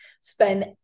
spend